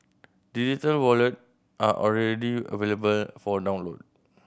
digital wallet are already available for download